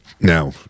Now